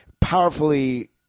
powerfully